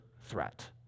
threat